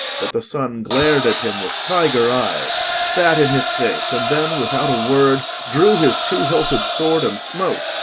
but the son glared at him with tiger eyes, spat in his face, and then, without a word, drew his two-hilted sword and smote,